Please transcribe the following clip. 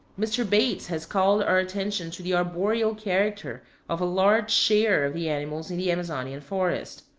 mr. bates has called our attention to the arboreal character of a large share of the animals in the amazonian forest.